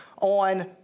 on